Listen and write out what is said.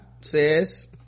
says